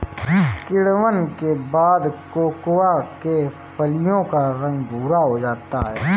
किण्वन के बाद कोकोआ के फलियों का रंग भुरा हो जाता है